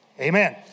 Amen